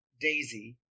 Daisy